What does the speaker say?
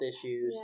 issues